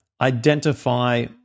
identify